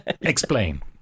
Explain